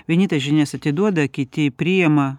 vieni tas žinias atiduoda kiti priima